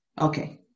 Okay